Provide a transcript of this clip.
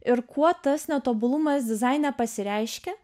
ir kuo tas netobulumas dizaine pasireiškia